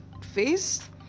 face